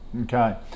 Okay